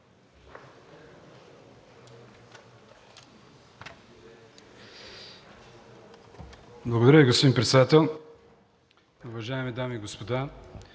Благодаря Ви, господин Председател. Уважаеми дами и господа!